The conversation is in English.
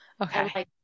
Okay